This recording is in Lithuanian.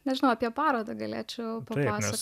nežinau apie parodą galėčiau pragręžti